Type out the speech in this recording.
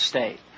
State